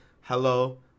hello